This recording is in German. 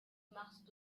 machst